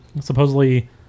Supposedly